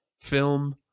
film